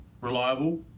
reliable